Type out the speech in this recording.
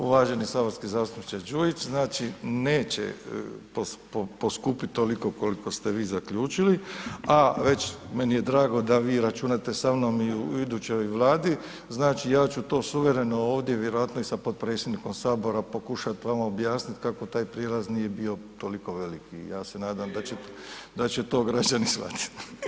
Uvaženi saborski zastupniče Đujić, znači neće poskupiti toliko koliko ste vi zaključili a već, meni je drago da vi računate sa mnom i u idućoj Vladi, znači ja ću to suvereno ovdje, vjerovatno i sa potpredsjednikom Sabora pokušat vama objasnit kako taj prijelaz nije bio toliko veliki i ja se nadam da će to građani shvatiti.